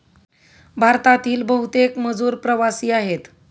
भारतातील बहुतेक मजूर प्रवासी आहेत